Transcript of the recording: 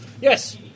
Yes